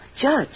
Judge